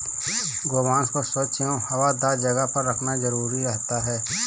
गोवंश को स्वच्छ एवं हवादार जगह पर रखना जरूरी रहता है